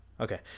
okay